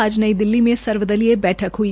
आज नई दिल्ली में सर्व दलीय बैठक हुई